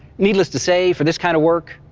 needless to say, for this kind of work,